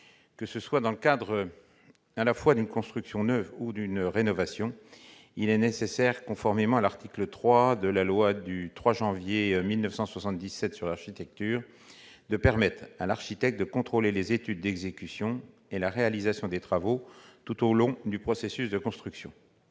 que ce soit dans le cadre d'une construction neuve ou d'une rénovation, il est nécessaire, conformément à l'article 3 de la loi du 3 janvier 1977 sur l'architecture, de permettre à l'architecte de contrôler les études d'exécution et la réalisation des travaux tout au long du processus de construction.